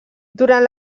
durant